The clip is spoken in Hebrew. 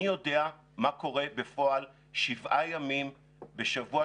אני יודע מה קורה בפועל שבעה ימים בשבוע,